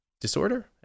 disorder